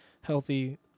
healthy